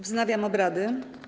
Wznawiam obrady.